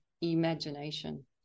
imagination